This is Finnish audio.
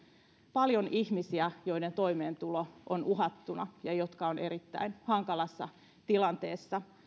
paljon ihmisiä joiden toimeentulo on uhattuna ja jotka ovat erittäin hankalassa tilanteessa